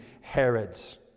Herod's